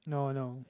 no no